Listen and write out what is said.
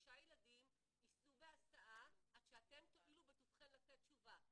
שישה ילדים יסעו בהסעה עד שאתם תועילו בטובכם לתת תשובה,